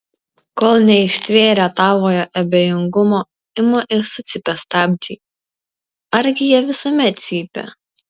kol neištvėrę tavojo abejingumo ima ir sucypia stabdžiai argi jie visuomet cypia